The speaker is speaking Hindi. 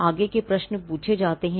आगे के प्रश्न पूछे जाते हैं